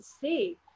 see